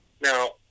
now